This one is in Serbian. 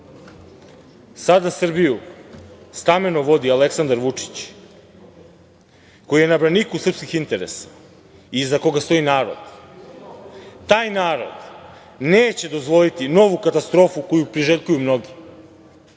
Srbiju stameno vodi Aleksandar Vučić, koji je na braniku srpskih interesa i iza koga stoji narod. Taj narod neće dozvoliti novu katastrofu koju priželjkuju mnogi.